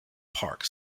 park